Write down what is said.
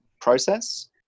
process